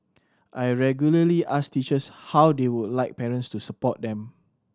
I regularly ask teachers how they would like parents to support them